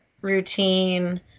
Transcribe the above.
routine